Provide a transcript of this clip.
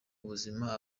ubuzima